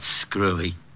screwy